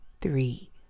three